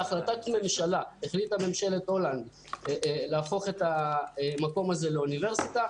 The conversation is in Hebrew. בהחלטת ממשלת הולנד להפוך את המקום הזה לאוניברסיטה,